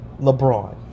LeBron